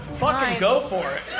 fucking go for it